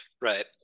Right